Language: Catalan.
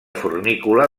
fornícula